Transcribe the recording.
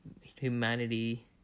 humanity